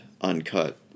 uncut